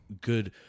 good